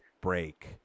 break